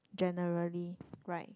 generally right